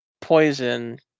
poison